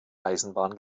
eisenbahn